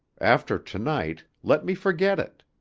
after to-night let me forget it.